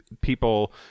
people